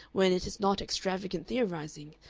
when it is not extravagant theorizing,